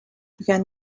can